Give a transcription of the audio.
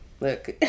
Look